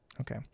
Okay